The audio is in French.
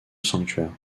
sanctuaire